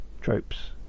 tropes